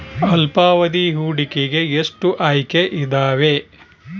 ಅಲ್ಪಾವಧಿ ಹೂಡಿಕೆಗೆ ಎಷ್ಟು ಆಯ್ಕೆ ಇದಾವೇ?